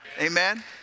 Amen